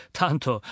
tanto